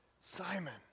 Simon